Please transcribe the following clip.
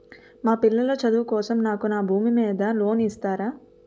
మా పిల్లల చదువు కోసం నాకు నా భూమి మీద లోన్ ఇస్తారా?